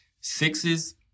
Sixes